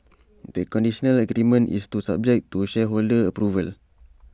the conditional agreement is subject to shareholder approval